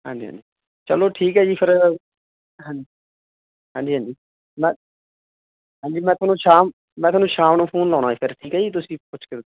ਹਾਂਜੀ ਹਾਂਜੀ ਚੱਲੋ ਠੀਕ ਹੈ ਜੀ ਫਿਰ ਹਾਂਜੀ ਹਾਂਜੀ ਹਾਂਜੀ ਮੈਂ ਹਾਂਜੀ ਮੈਂ ਤੁਹਾਨੂੰ ਸ਼ਾਮ ਮੈਂ ਤੁਹਾਨੂੰ ਸ਼ਾਮ ਨੂੰ ਫੋਨ ਲਗਾਉਂਦਾ ਜੀ ਫਿਰ ਠੀਕ ਹੈ ਜੀ ਤੁਸੀਂ ਪੁੱਛ ਕੇ